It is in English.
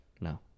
No